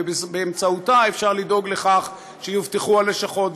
ובאמצעותה אפשר לדאוג לכך שיובטחו הלשכות,